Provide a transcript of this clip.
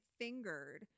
fingered